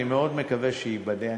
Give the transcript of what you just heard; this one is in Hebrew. אני מאוד מקווה שייבנה,